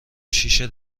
شیشه